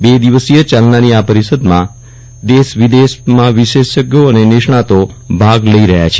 બે દિવસીય ચાલનારી આ પરિષદ માં દેશ વિદેશ નાં વિશેષજ્ઞો અને નિષ્ણાંતો ભાગ લઇ રહ્યા છે